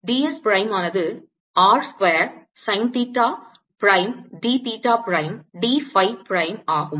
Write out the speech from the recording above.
D s பிரைமானது R square sine theta prime d theta prime d phi prime ஆகும்